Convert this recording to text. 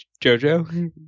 JoJo